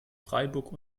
freiburg